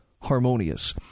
harmonious